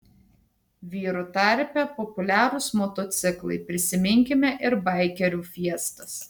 vyrų tarpe populiarūs motociklai prisiminkime ir baikerių fiestas